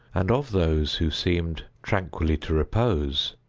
and of those who seemed tranquilly to repose,